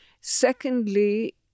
Secondly